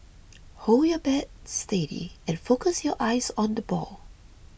hold your bat steady and focus your eyes on the ball